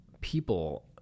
people